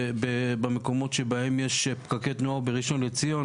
במקומות שבהם יש פקקי תנועה או בראשון לציון